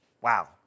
Wow